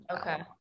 okay